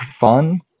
fun